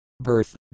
Birth